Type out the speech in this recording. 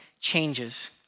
changes